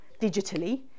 digitally